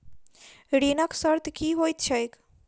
ऋणक शर्त की होइत छैक?